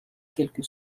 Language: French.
quelque